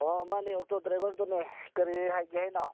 ꯑꯣ ꯃꯥꯟꯅꯦ ꯑꯣꯛꯇꯣ ꯗ꯭ꯔꯥꯏꯕꯔꯗꯨꯅꯦ ꯀꯔꯤ ꯍꯥꯏꯒꯦ ꯍꯥꯏꯅꯣ